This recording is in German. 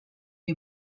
die